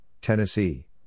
Tennessee